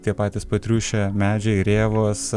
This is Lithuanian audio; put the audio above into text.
tie patys patriušę medžiai rėvos